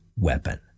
weapon